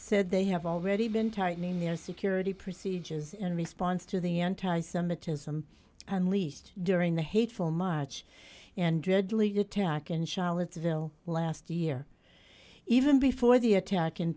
said they have already been tightening their security procedures in response to the anti semitism and least during the hateful march and deadly attack in charlottesville last year even before the attack in